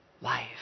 life